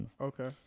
Okay